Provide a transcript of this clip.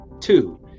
two